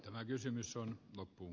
tämä kysymys on loppuun